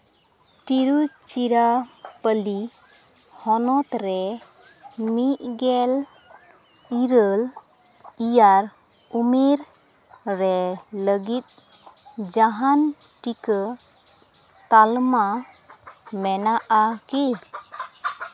ᱴᱤᱨᱩᱪᱤᱨᱟᱯᱚᱞᱞᱤ ᱦᱚᱱᱚᱛ ᱨᱮ ᱢᱤᱫ ᱜᱮᱞ ᱤᱨᱟᱹᱞ ᱤᱭᱟᱨ ᱩᱢᱮᱨ ᱨᱮ ᱞᱟᱹᱜᱤᱫ ᱡᱟᱦᱟᱱ ᱴᱤᱠᱟᱹ ᱛᱟᱞᱢᱟ ᱢᱮᱱᱟᱜᱼᱟ ᱠᱤ